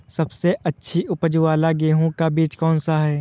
सबसे अच्छी उपज वाला गेहूँ का बीज कौन सा है?